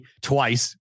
twice